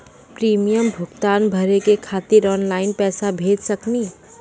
Premium भुगतान भरे के खातिर ऑनलाइन पैसा भेज सकनी?